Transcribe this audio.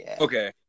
Okay